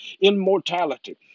immortality